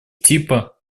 типа